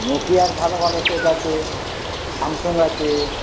নোকিয়ার ভালো ভালো সেট আছে স্যামসাং আছে